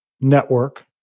network